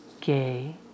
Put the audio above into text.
gay